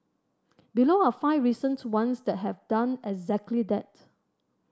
below are five recent ones that have done exactly that